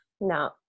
No